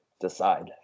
decide